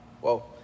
whoa